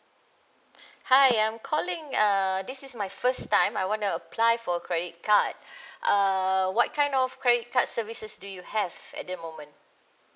hi I'm calling uh this is my first time I wanna apply for credit card err what kind of credit card services do you have at the moment